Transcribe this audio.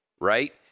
right